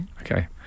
Okay